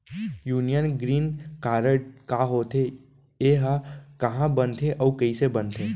Union green card का होथे, एहा कहाँ बनथे अऊ कइसे बनथे?